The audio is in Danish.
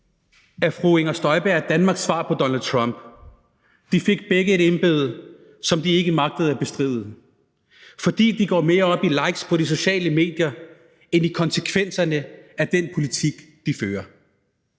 at fru Inger Støjberg er Danmarks svar på Donald Trump. De fik begge et embede, som de ikke magtede at bestride, fordi de går mere op i likes på de sociale medier end i konsekvenserne af den politik, de fører.